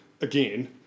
Again